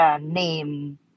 name